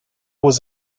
was